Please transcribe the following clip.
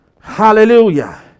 Hallelujah